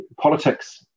Politics